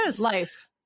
life